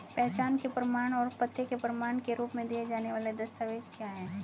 पहचान के प्रमाण और पते के प्रमाण के रूप में दिए जाने वाले दस्तावेज क्या हैं?